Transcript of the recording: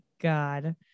God